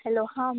hello हां